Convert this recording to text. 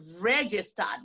registered